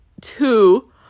two